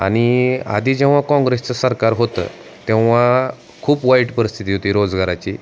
आणि आधी जेव्हा काँग्रेसचं सरकार होतं तेव्हा खूप वाईट परिस्थिती होती रोजगाराची